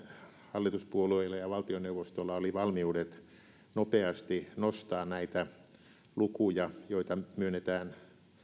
hallituspuolueilla ja valtioneuvostolla oli valmiudet nopeasti nostaa näitä lukuja paljonko myönnetään